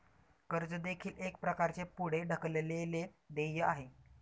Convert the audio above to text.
कर्ज देखील एक प्रकारचे पुढे ढकललेले देय आहे